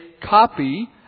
copy